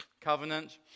covenant